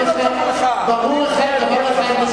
ברור לך דבר אחד,